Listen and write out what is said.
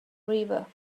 river